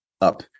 up